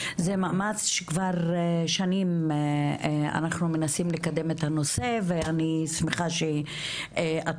זה מאמץ שכבר שנים אנחנו מנסים לקדם את הנושא ואני שמחה שאת